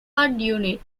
unit